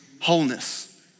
wholeness